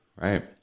Right